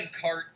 cart